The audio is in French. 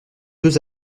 deux